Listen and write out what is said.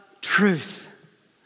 truth